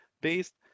based